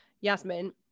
yasmin